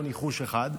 ניחוש אחד.